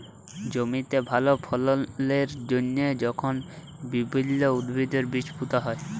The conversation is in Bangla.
জমিতে ভাল ফললের জ্যনহে যখল বিভিল্ল্য উদ্ভিদের বীজ পুঁতা হ্যয়